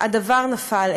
הדבר נפל.